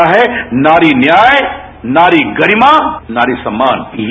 ये मुद्दा है नारी न्याय नारी गरिमा नारी सम्मान